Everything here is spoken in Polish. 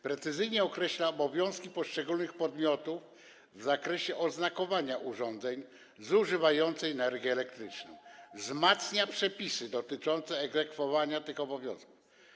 Precyzyjnie określa obowiązki poszczególnych podmiotów w zakresie oznakowania urządzeń zużywających energię elektryczną i wzmacnia przepisy dotyczące egzekwowania tych obowiązków.